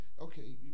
Okay